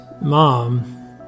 mom